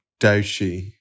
Doshi